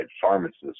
Pharmacists